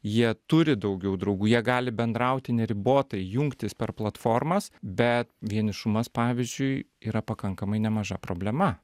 jie turi daugiau draugų jie gali bendrauti neribotai jungtis per platformas bet vienišumas pavyzdžiui yra pakankamai nemaža problema